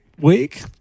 week